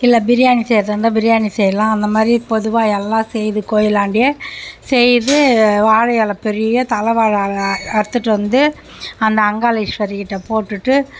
இல்லை பிரியாணி செய்றதாக இருந்தால் பிரியாணி செய்யலாம் அந்த மாதிரி பொதுவாக எல்லாம் செய்து கோயிலாண்டயே செய்து வாழை இலை பெரிய தலை வாழை இலை அறுத்துட்டு வந்து அந்த அங்காள ஈஸ்வரிக்கிட்ட போட்டுட்டு